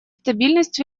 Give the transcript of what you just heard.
стабильность